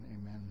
amen